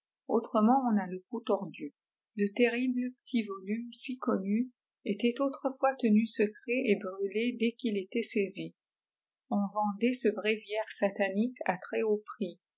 on a le cou tordu le terrible petit volume si connu était autrefois tenu secret et hrulé dès qu'il était saisi on vendait ce bréviaire satanlque à